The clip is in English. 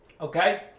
Okay